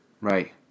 Right